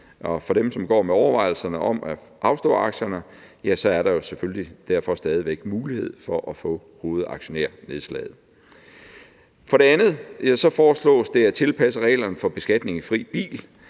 og for dem, som går med overvejelsen om at afstå aktierne, ja, så er der selvfølgelig stadig væk mulighed for at få hovedaktionærnedslaget. For det andet foreslås det at tilpasse reglerne for beskatning af fri bil,